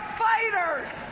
fighters